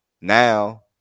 now